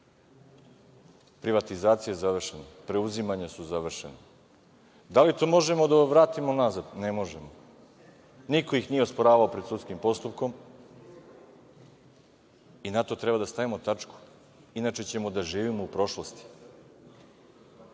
Privatizacija je završena. Preuzimanja su završena. Da li to možemo da vratimo nazad? Ne možemo. Niko ih nije osporavao pred sudskim postupkom i na to treba da stavimo tačku, inače ćemo da živimo u prošlosti.